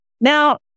Now